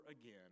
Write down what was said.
again